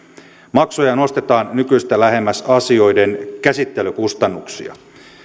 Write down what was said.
maksuja nostetaan nykyistä lähemmäs asioiden käsittelykustannuksia